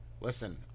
listen